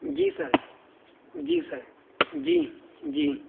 جی sir جی sir جی جی